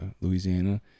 Louisiana